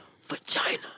Vagina